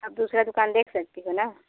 आप दूसरा दुकान देख सकती हो ना